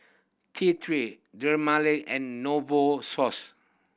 T Three Dermale and Novosource